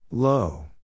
Low